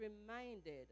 reminded